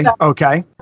okay